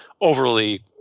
overly